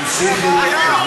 אני מרגישה שאני נאלצת